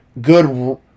good